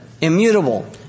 immutable